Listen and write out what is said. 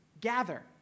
gather